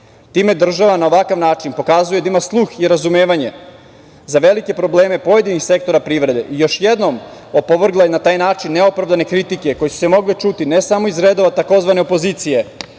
Time država na ovakav način pokazuje da ima sluh i razumevanje za velike probleme pojedinih sektora privrede. Još jednom, opovrgla je na taj način neopravdane kritike koje su se mogle čuti ne samo iz redova tzv. opozicije